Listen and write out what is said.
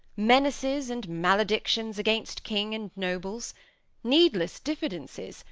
menaces and maledictions against king and nobles needless diffidences,